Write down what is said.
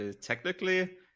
technically